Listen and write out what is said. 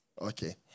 Okay